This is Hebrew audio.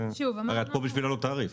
הרי את פה בשביל להעלות תעריף.